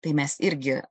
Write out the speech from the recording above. tai mes irgi